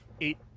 eight